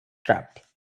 strap